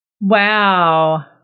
Wow